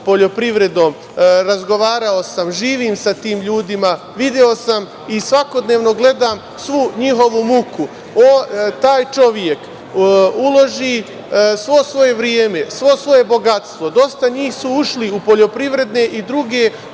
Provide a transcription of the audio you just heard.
poljoprivredom, razgovarao sam, živim sa tim ljudima video sam i svakodnevno gledam svu njihovu muku. Taj čovek uloži sve svoje vreme, svo svoje bogatstvo, dosta njih su ušli u poljoprivredne i druge